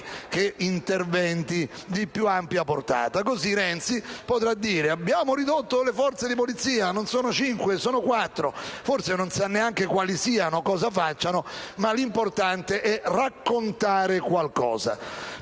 che interventi di più ampia portata. Renzi, così, potrà dire: «Abbiamo ridotto le forze di polizia, che non sono più cinque, ma quattro!». Forse non sa neanche quali siano o cosa facciano, ma l'importante è raccontare qualcosa.